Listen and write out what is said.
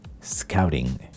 scouting